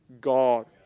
God